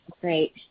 Great